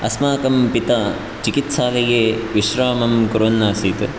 अस्माकं पिता चिकित्सालये विश्रामं कुर्वन् आसीत्